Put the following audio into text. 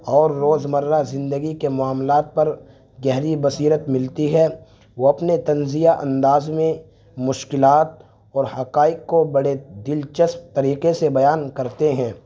اور روزمرہ زندگی کے معاملات پر گہری بصیرت ملتی ہے وہ اپنے طنزیہ انداز میں مشکلات اور حقائق کو بڑے دلچسپ طریقے سے بیان کرتے ہیں